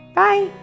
bye